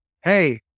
hey